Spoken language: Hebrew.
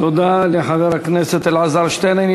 תודה לחבר הכנסת אלעזר שטרן.